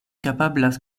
kapablas